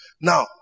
Now